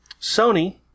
Sony